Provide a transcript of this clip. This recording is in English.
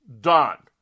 done